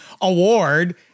award